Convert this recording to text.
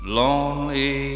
lonely